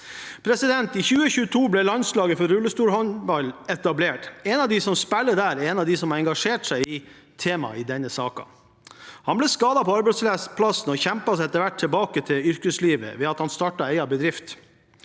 arbeidsevne. I 2022 ble landslaget for rullestolhåndball etablert. En av de som spiller der, er blant dem som har engasjert seg i temaet i denne saken. Han ble skadet på arbeidsplassen og kjempet seg etter hvert tilbake til yrkeslivet ved at han startet egen bedrift.